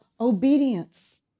obedience